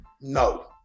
No